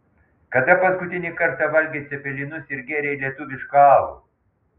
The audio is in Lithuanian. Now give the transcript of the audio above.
kada paskutinį kartą valgei cepelinus ir gėrei lietuvišką alų